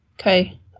Okay